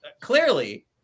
clearly